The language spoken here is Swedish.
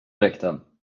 dräkten